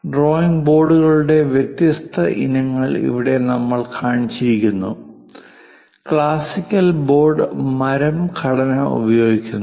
drawing ബോർഡുകളുടെ വ്യത്യസ്ത ഇനങ്ങൾ ഇവിടെ നമ്മൾ കാണിച്ചിരിക്കുന്നു ക്ലാസിക്കൽ ബോർഡ് മരം ഘടന ഉപയോഗിക്കുന്നു